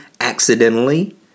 accidentally